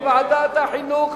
בוועדת החינוך,